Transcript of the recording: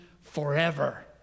forever